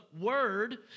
word